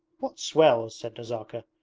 what swells said nazarka,